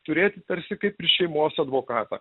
turėti tarsi kaip ir šeimos advokatą